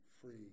free